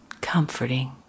comforting